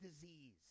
disease